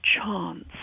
chance